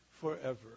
forever